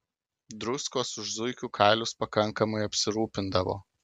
druskos už zuikių kailius pakankamai apsirūpindavo